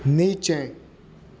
नीचे